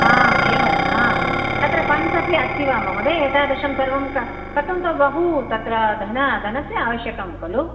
आम् एवं हा तत्र फ़ण्ड्स् अपि अस्ति वा महोदय एतादृशं सर्वं कथं तत् बहु तत्र धन धनस्य आवश्यकं खलु